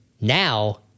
Now